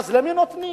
למי נותנים?